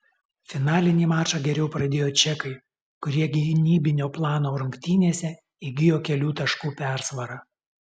finalinį mačą geriau pradėjo čekai kurie gynybinio plano rungtynėse įgijo kelių taškų persvarą